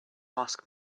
ask